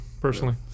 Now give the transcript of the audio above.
personally